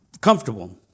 comfortable